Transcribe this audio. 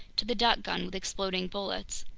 to the duck gun with exploding bullets.